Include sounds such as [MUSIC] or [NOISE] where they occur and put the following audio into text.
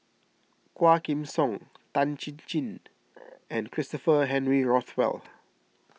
Quah Kim Song Tan Chin Chin [NOISE] and Christopher Henry Rothwell